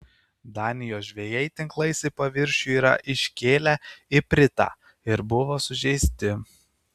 danijos žvejai tinklais į paviršių yra iškėlę ipritą ir buvo sužeisti